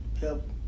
help